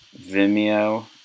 Vimeo